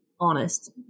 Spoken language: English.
honest